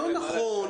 על למעלה.